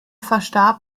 verstarb